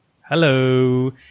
hello